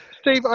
Steve